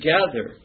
together